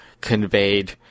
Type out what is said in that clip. conveyed